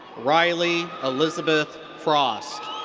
riley elizabeth frost.